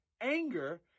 anger